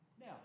Now